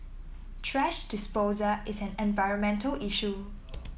thrash disposal is an environmental issue